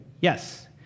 yes